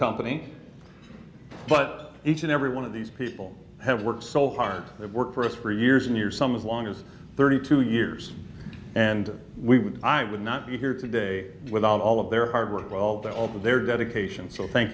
company but each and every one of these people have worked so hard at work for us for years and years some as long as thirty two years and we would i would not be here today without all of their hard work all that all their dedication so thank